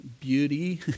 beauty